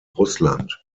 russland